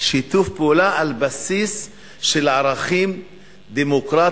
שיתוף פעולה על בסיס של ערכים דמוקרטיים